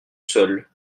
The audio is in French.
seul